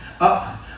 up